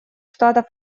штатов